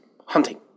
hunting